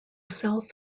south